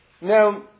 Now